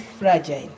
fragile